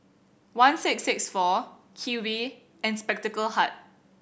one six six four Kiwi and Spectacle Hut